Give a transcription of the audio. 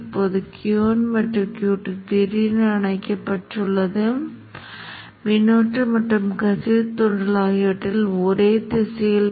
இப்போது உருவகப்படுத்துதலை மீண்டும் செய்வதற்கு முன் நான் 10 மில்லி விநாடிகளுக்கு உருவகப்படுத்துதலைச் செய்ய விரும்பவில்லை இப்போது நான் கிட்டத்தட்ட நிலையான நிலையை அடைந்துவிட்டதால் 0